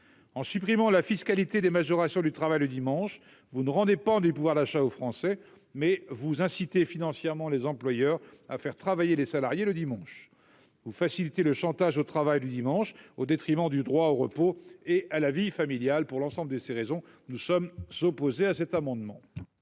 En défiscalisant les majorations du travail le dimanche, vous ne rendez pas du pouvoir d'achat aux Français. Vous incitez financièrement les employeurs à faire travailler les salariés le dimanche. Vous facilitez le chantage au travail le dimanche, au détriment du droit au repos et à la vie familiale. Pour l'ensemble de ces raisons, nous sommes opposés à cet amendement.